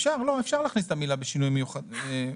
אפשר להכניס את המילים בשינויים המחויבים,